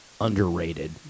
underrated